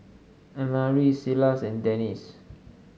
Annmarie Silas and Dennis